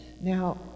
Now